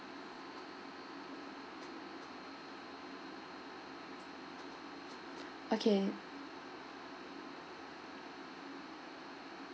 okay